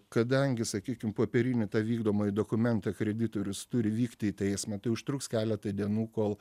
kadangi sakykim popierinį tą vykdomąjį dokumentą kreditorius turi vykti į teismą tai užtruks keletą dienų kol